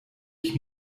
ich